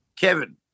Kevin